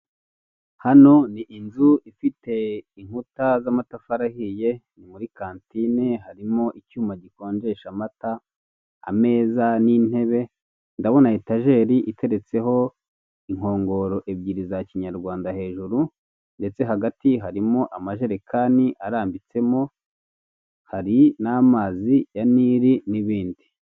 Hano ni inzu ifite inkuta z'amatafari ahiye, ni muri kantine, harimo icyuma gikonjesha amata, ameza n'intebe, ndabona etajeri iteretseho inkongoro ebyiri za kinyarwanda hejuru, ndetse hagati harimo amajerekani arambitsemo, hari n'amazi ya nire n'ibindi.